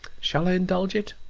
shall i indulge it